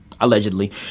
allegedly